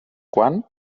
quan